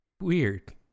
Weird